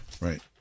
Right